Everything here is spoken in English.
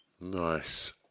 nice